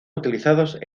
utilizados